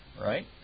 right